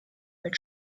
mit